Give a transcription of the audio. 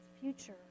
future